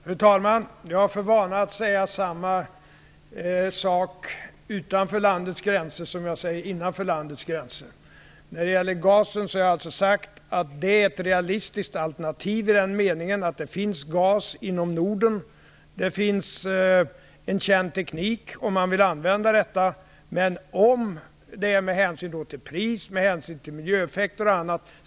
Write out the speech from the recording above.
Fru talman! Jag har för vana att säga detsamma utanför landets gränser som inom dem. När det gäller gasen har jag alltså sagt att det är ett realistiskt alternativ i den meningen att det finns gas inom Norden. Det finns en känd teknik, om man vill använda den. Om det med hänsyn till pris, miljöeffekter etc.